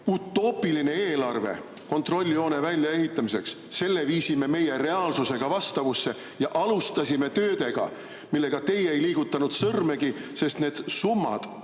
utoopilise eelarve kontrolljoone väljaehitamiseks viisime meie reaalsusega vastavusse ja alustasime töödega, mille puhul teie ei liigutanud sõrmegi, sest need summad